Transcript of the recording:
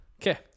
Okay